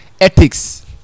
ethics